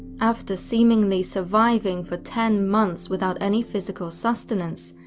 after seemingly surviving for ten months without any physical sustenance,